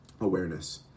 awareness